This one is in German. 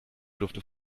durfte